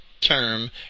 term